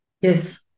yes